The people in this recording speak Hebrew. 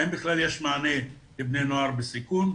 האם בכלל יש מענה לבני נוער בסיכון.